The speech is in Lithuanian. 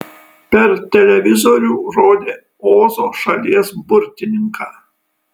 per televizorių rodė ozo šalies burtininką